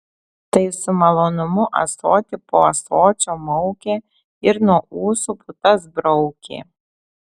tai su malonumu ąsotį po ąsočio maukė ir nuo ūsų putas braukė